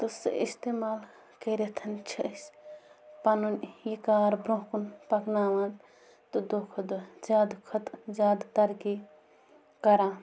تہٕ سُہ اِستعمال کٔرِتھ چھِ أسۍ پَنُن یہِ کار برٛونٛہہ کُن پَکناوان تہٕ دۄہ کھۄ دۄہ زیادٕ کھۄتہٕ زیادٕ ترقی کران